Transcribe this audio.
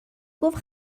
گفت